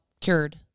cured